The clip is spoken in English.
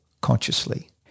consciously